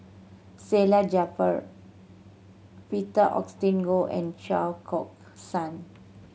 Salleh Japar Peter Augustine Goh and Chao cork San